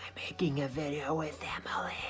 making a video with yeah